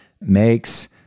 makes